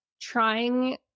trying